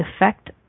effect